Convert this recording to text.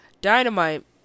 Dynamite